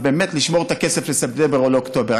באמת לשמור את הכסף לספטמבר או לאוקטובר.